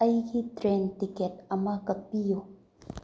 ꯑꯩꯒꯤ train ticket ꯑꯃ ꯀꯛꯄꯤꯎ